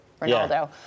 Ronaldo